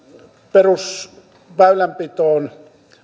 perusväylänpitoon